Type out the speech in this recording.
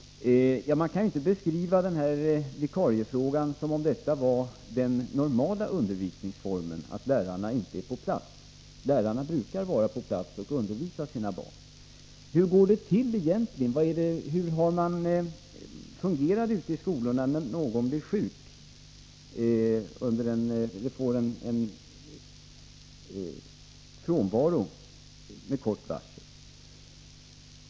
Ja, man kan inte i en beskrivning av vikarieproblemen framställa det som den normala undervisningsformen att lärarna inte är på plats. Lärarna brukar vara på plats och undervisa sina elever. Hur fungerar det egentligen ute i skolorna när någon blir sjuk, så att man får en frånvaro med kort varsel?